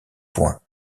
point